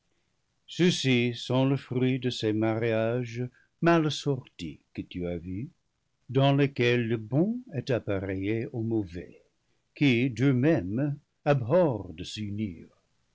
ceux-ci sont le fruit de ces mariages mal assortis que tu as vus dans lesquels le bon est appareillé au mauvais qui d'eux mêmes abhorrent de s'unir